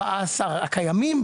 ב-2017,